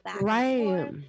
right